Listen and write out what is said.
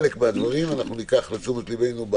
חלק מהדברים ניקח לתשומת ליבנו.